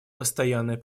постоянный